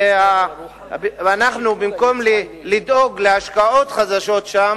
ואנחנו, במקום לדאוג להשקעות חדשות שם,